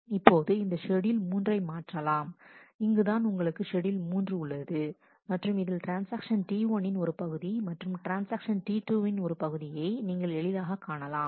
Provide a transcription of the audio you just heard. இப்போது இந்த ஷெட்யூல் 3 ஐ மாற்றலாம் இங்குதான் உங்களுக்கு ஷெட்யூல் 3 உள்ளது மற்றும் இதில் ட்ரான்ஸ்ஆக்ஷன் T1 இன் ஒரு பகுதி மற்றும் ட்ரான்ஸ்ஆக்ஷன் T2 இன் ஒரு பகுதியை நீங்கள் எளிதாகக் காணலாம்